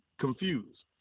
confused